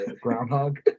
groundhog